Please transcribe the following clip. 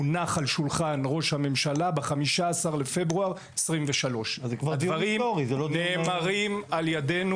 הונח על שולחן ראש הממשלה ב-15 בפברואר 23. הדברים נאמרים על ידינו